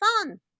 fun